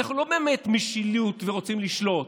אנחנו לא באמת רוצים משילות ורוצים לשלוט,